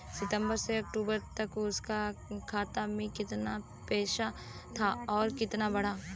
सितंबर से अक्टूबर तक उसका खाता में कीतना पेसा था और कीतना बड़ा?